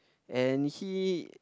and he